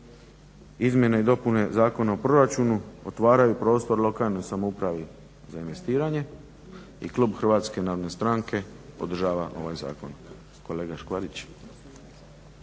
izmjene i dopune Zakona o proračunu otvaraju prostor lokalnoj samoupravi za investiranje i klub HNS-a podržava ovaj zakon.